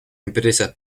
empresas